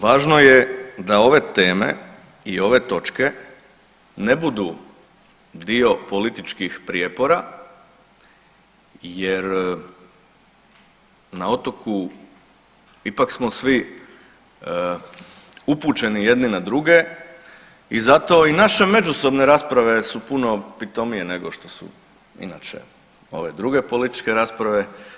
Važno je da ove teme i ove točke ne budu dio političkih prijepora, jer na otoku ipak smo svi upućeni jedni na druge i zato i naše međusobne rasprave su puno pitomije nego što su inače ove druge političke rasprave.